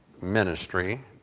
ministry